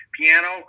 piano